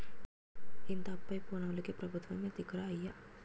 ఇంత అప్పయి పోనోల్లకి పెబుత్వమే దిక్కురా అయ్యా